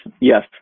Yes